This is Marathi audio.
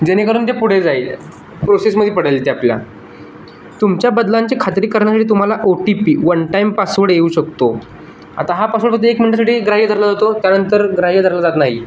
जेणेकरून ते पुढे जाईल प्रोसेसमध्ये पडेल ते आपल्या तुमच्या बदलांची खात्री करण्यासाठी तुम्हाला O T P one time password येऊ शकतो आता हा पासवर्ड फक्त एक मिनटासाठी ग्राह्य धरला जातो त्यानंतर ग्राह्य धरला जात नाही